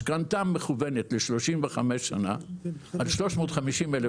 משכנתא מכוונת ל-35 שנה על 350,000